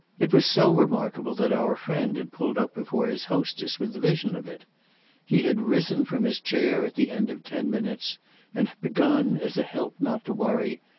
it was so remarkable that our friend had pulled up before his hostess with the vision of it he had risen from his chair at the end of ten minutes and begun, as a help not to worry,